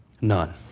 None